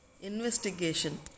Investigation